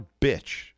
bitch